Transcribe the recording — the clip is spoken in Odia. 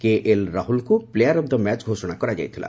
କେଏଲ୍ ରାହୁଲଙ୍କୁ ପ୍ଲେୟାର୍ ଅଫ୍ ଦି ମ୍ୟାଚ୍ ଘୋଷଣା କରାଯାଇଥିଲା